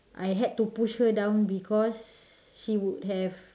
I had to push her down because she would have